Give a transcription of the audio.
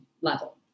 level